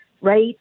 right